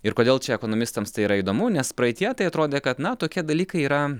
ir kodėl čia ekonomistams tai yra įdomu nes praeityje tai atrodė kad na tokie dalykai yra